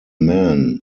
men